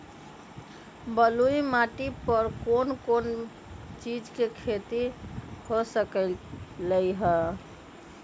बलुई माटी पर कोन कोन चीज के खेती हो सकलई ह?